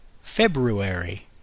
February